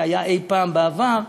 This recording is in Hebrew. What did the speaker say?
אי-פעם בעבר,